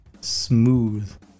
smooth